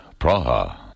Praha